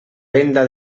venda